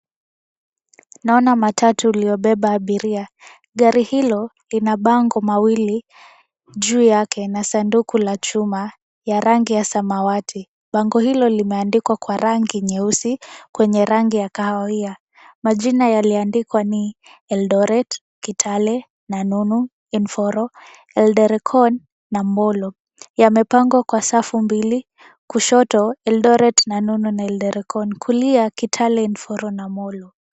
Naona matatu iliyobeba abiria. Gari hilo lina bango mawili juu yake na sanduku la chuma ya rangi ya samawati. Bango hilo limeandikwa kwa rangi nyeusi kwenye rangi ya kahawia. Majina yaliyoandika ni Eldoret, Kitale, Nanonu, Enforo , Eldorecon na Molo. Yamepangwa kwa safu mbili kushoto Eldoret , Naonu na Eldorecon kulia Kitale ,Enforo na Molo.